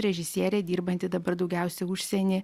režisierė dirbanti dabar daugiausiai užsieny